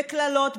בקללות,